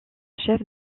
chef